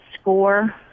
score